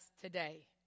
today